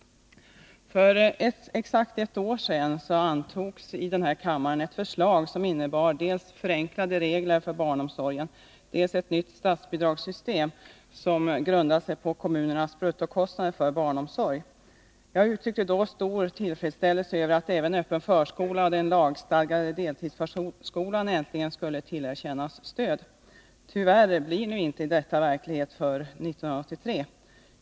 För exakt ett år sedan antogs i denna kammare ett förslag som innebar dels förenklade regler för barnomsorgen, dels ett nytt statsbidragssystem, som grundade sig på kommunernas bruttokostnader för barnomsorg. Jag uttryckte då stor tillfredsställelse över att även den öppna förskolan och den lagstadgade deltidsförskolan äntligen skulle tillerkännas stöd. Tyvärr blir nu inte detta verklighet för 1983.